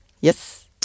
yes